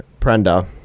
Prenda